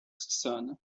son